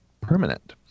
permanent